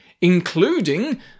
including